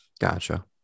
gotcha